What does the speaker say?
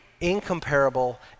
Incomparable